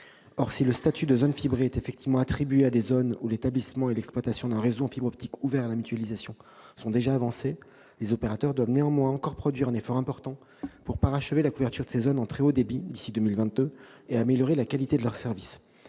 Si le statut de « zone fibrée » est effectivement attribué à des zones où l'établissement et l'exploitation d'un réseau en fibre optique ouvert à la mutualisation sont déjà avancés, les opérateurs doivent néanmoins encore produire un effort important pour parachever la couverture de ces zones en très haut débit d'ici à 2022 et améliorer la qualité de leurs services.